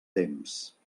temps